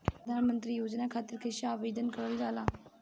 प्रधानमंत्री योजना खातिर कइसे आवेदन कइल जाला?